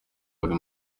buri